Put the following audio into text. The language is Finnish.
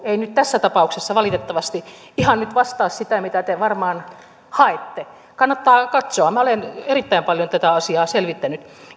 ei nyt tässä tapauksessa valitettavasti ihan vastaa sitä mitä te varmaan haette kannattaa katsoa minä olen erittäin paljon tätä asiaa selvittänyt